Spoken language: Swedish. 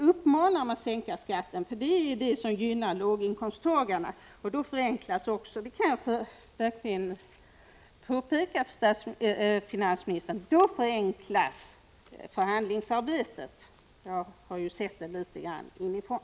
Uppmana dem att sänka skatten, för det är det som gynnar låginkomsttagarna! Då förenklas också — det kan jag påpeka för finansministern — förhandlingsarbetet. Jag har sett det litet grand inifrån.